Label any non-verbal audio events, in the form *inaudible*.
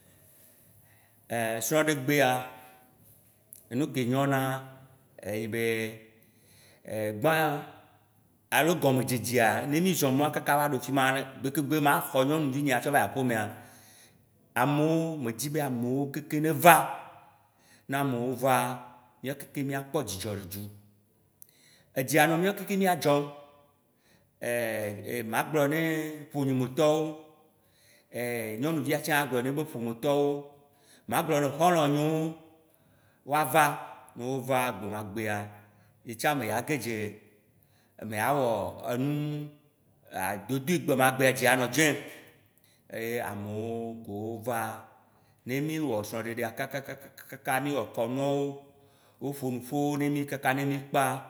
*hesitation* Srɔ̃ɖegbea, enu ke nyonae nyi be, gbã, alo gɔmedzedzea, ne mi zɔ mɔa kaka va ɖo fima ɖe, gbekegbe ma xɔ nyɔnuvi nyea ƒiova axomea, amowo, me dzi be amowo kekem neva, ne amowo va, mia kekem miakpɔ dzidzɔ ɖe dzu. Edzi anɔ mia kekem miadzom, *hesitation* magblɔ ne ƒonyemetɔwo *hesitation* nyɔnuvia tsã agblɔ ne ye be ƒometɔwo. Magblɔ ne xɔlɔ̃ nyewo woava, no va gbemagbea, nye tsã mea ge dze me ya wɔ enu adodoe gbemagbe edzi anɔ dzɔĩ. Ye amowo kowo va, ne miwɔ srɔ̃ɖegbea kakakakaka miwɔ kɔnuawo, wo ƒo nuƒowo ne mi kaka ne mi kpa,